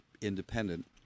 independent